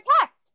text